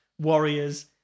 warriors